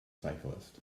cyclist